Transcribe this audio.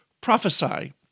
prophesy